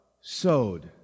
Sowed